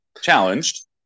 challenged